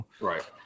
Right